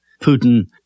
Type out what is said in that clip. Putin